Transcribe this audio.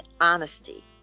honesty